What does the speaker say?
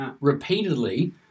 repeatedly